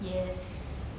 yes